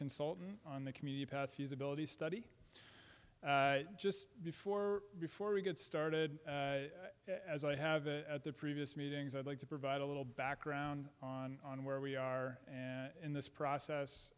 consultant on the community past few civilities study just before before we get started as i have it at their previous meetings i'd like to provide a little background on on where we are in this process